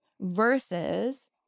Versus